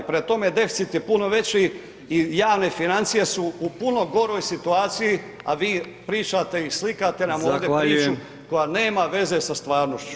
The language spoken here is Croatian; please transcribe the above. Prema tome, deficit je puno veći i javne financije su u puno goroj situaciji, a vi pričate i slikate nam [[Upadica: Zahvaljujem]] ovdje priču koja nema veze sa stvarnošću.